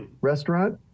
restaurant